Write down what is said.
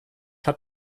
hat